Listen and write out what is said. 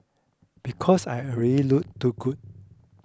because I already look too good